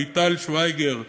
מיטל שוויגר,